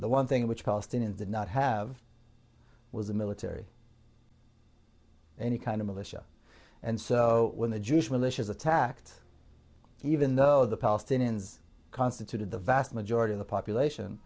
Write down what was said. the one thing which palestinians did not have was a military any kind of militia and so when the jewish militias attacked even though the palestinians constituted the vast majority of the population